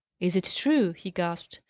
is it true? he gasped.